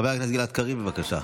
חבר הכנסת גלעד קריב, בבקשה.